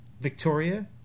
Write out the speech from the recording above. Victoria